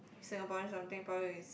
Singaporean something probably is